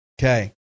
Okay